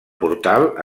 portal